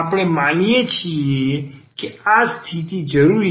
આપણે માની લઈએ કે આ સ્થિતિ જરૂરી છે